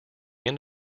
end